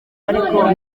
ariko